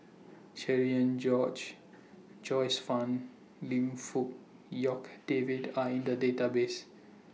Cherian George Joyce fan Lim Fong Jock David Are in The Database